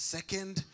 Second